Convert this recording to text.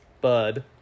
bud